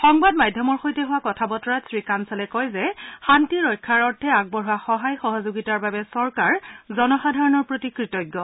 সংবাদমাধ্যমৰ সৈতে হোৱা কথা বতৰাত শ্ৰীকাঞ্চালে কয় যে শান্তি ৰক্ষাৰ অৰ্থে আগবঢ়োৱা সহায় সহযোগিতাৰ বাবে চৰকাৰ জনসাধাৰণৰ প্ৰতি কৃতজ্ঞ